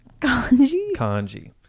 kanji